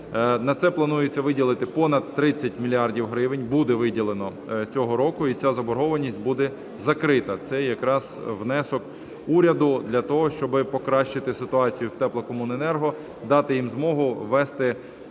На це планується виділити понад 30 мільярдів гривень, буде виділено цього року, і ця заборгованість буде закрита. Це якраз внесок уряду для того, щоб покращити ситуацію в теплокомуненерго, дати їм змогу вести